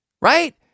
right